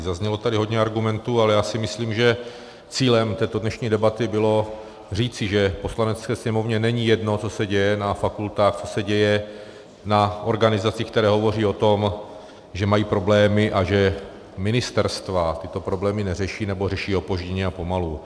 Zaznělo tady hodně argumentů, ale já si myslím, že cílem této dnešní debaty bylo říci, že Poslanecké sněmovně není jedno, co se děje na fakultách, co se děje na organizacích, které hovoří o tom, že mají problémy a že ministerstva tyto problémy neřeší, nebo řeší opožděně a pomalu.